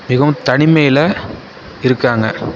மிகவும் தனிமையில் இருக்காங்க